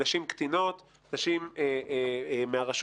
נשים קטינות, נשים מהרשות.